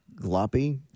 gloppy